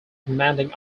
commanding